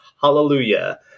Hallelujah